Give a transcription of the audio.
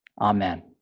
Amen